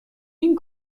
این